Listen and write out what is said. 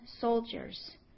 soldiers